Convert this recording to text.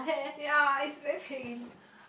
ya it's very pain